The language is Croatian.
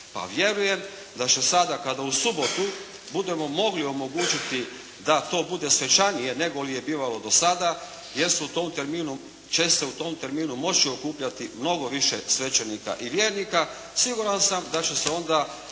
Pa vjerujem da će sada kada u subotu budemo mogli omogućiti da to bude svečanije nego li je bivalo do sada, jer će se u tom terminu moći okupljati mnogo više svećenika i vjernika. Siguran sam da će se onda